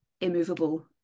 immovable